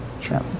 Sure